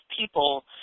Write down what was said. people